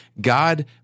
God